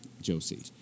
Josie